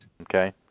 Okay